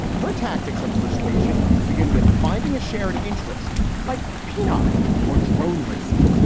her tactics of persuasion begin with finding a shared interest like pinnacle or drone racing.